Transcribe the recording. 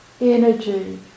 energy